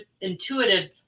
intuitive